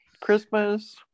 Christmas